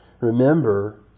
Remember